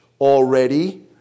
already